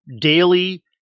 daily